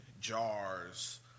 jars